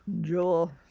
Joel